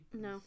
No